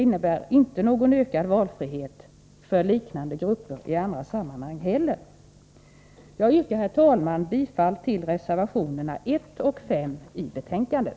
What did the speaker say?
Inte heller ökar valfriheten för dessa grupper i andra sammanhang. Herr talman! Jag yrkar bifall till reservationerna 1 och 5 i betänkandet.